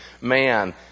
man